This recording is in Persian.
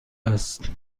است